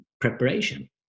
preparation